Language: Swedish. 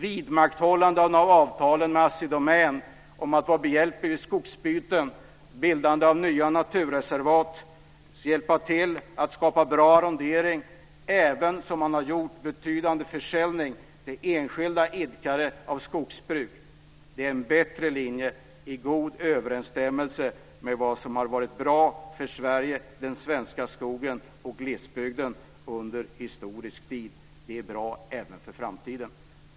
Vidmakthållanden av avtalen med Assi Domän om att vara behjälplig vid skogsbyten och bildande av nya naturreservat samt att hjälpa till att skapa bra arrondering - även om man har gjort en betydande försämring för enskilda idkare av skogsbruk - är en bättre linje i god överensstämmelse med vad som har varit bra för Sverige, den svenska skogen och glesbygden under historisk tid. Det är bra även för framtiden.